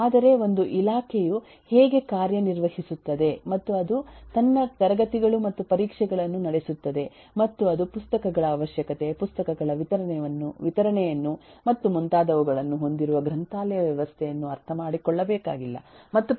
ಆದರೆ ಒಂದು ಇಲಾಖೆಯು ಹೇಗೆ ಕಾರ್ಯನಿರ್ವಹಿಸುತ್ತದೆ ಮತ್ತು ಅದು ತನ್ನ ತರಗತಿಗಳು ಮತ್ತು ಪರೀಕ್ಷೆಗಳನ್ನು ನಡೆಸುತ್ತದೆ ಮತ್ತು ಅದು ಪುಸ್ತಕಗಳ ಅವಶ್ಯಕತೆ ಪುಸ್ತಕಗಳ ವಿತರಣೆಯನ್ನು ಮತ್ತು ಮುಂತಾದವುಗಳನ್ನು ಹೊಂದಿರುವ ಗ್ರಂಥಾಲಯ ವ್ಯವಸ್ಥೆಯನ್ನು ಅರ್ಥ ಮಾಡಿಕೊಳ್ಳಬೇಕಾಗಿಲ್ಲ ಮತ್ತು ಪ್ರತಿಯಾಗಿ